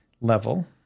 level